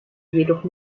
jedoch